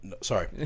sorry